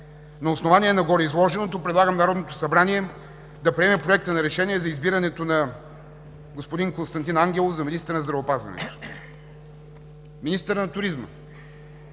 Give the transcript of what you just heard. На основание на гореизложеното предлагам Народното събрание да приеме Проекта на решение за избирането на господин Костадин Ангелов за министър на здравеопазването. Министърът на туризма